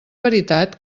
veritat